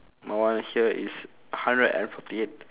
my one here is hundred and forty eight